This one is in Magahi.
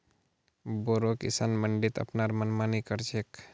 बोरो किसान मंडीत अपनार मनमानी कर छेक